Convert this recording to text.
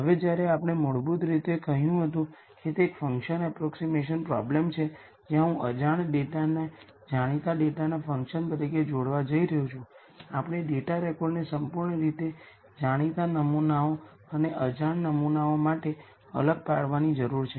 હવે જ્યારે આપણે મૂળભૂત રીતે કહ્યું હતું કે તે એક ફંકશન અપ્રોક્ઝીમેશન પ્રોબ્લેમ છે જ્યાં હું અજાણ ડેટાને જાણીતા ડેટાના ફંકશન તરીકે જોડવા જઈ રહ્યો છું આપણે ડેટા રેકોર્ડને સંપૂર્ણ રીતે જાણીતા નમૂનાઓ અને અજાણ નમૂનાઓ માટે અલગ પાડવાની જરૂર છે